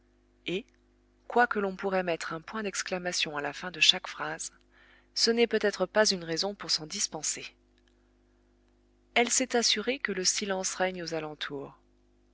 et quoique l'on pourrait mettre un point d'exclamation à la fin de chaque phrase ce n'est peut-être pas une raison pour s'en dispenser elle s'est assurée que le silence règne aux alentours